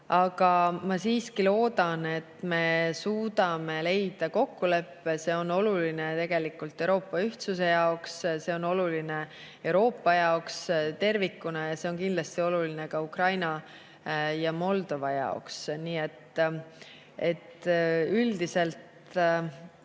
Aga ma siiski loodan, et me suudame leida kokkuleppe. See on oluline tegelikult Euroopa ühtsuse jaoks, see on oluline Euroopa jaoks tervikuna ning see on kindlasti oluline ka Ukraina ja Moldova jaoks. Nii et üldiselt